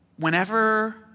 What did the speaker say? whenever